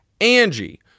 Angie